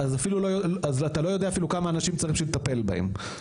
אתה אפילו לא יודע כמה אנשים צריך בשביל לטפל בהם.